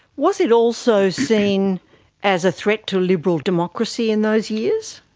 was it also seen as a threat to liberal democracy in those years?